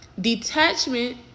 Detachment